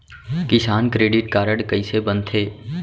किसान credit card कइसे बनथे?